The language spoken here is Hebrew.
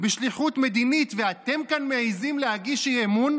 לו שקד מוחקת עשרות מיליונים של חובות,